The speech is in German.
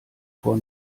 vor